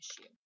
issue